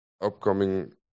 upcoming